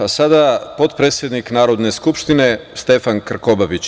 Reč ima potpredsednik Narodne skupštine Stefan Krkobavić.